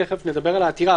תכף נדבר על העתירה.